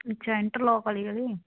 ਅੱਛਾ ਇੰਟਰਲੋਕ ਵਾਲੀ ਗਲੀ